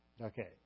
Okay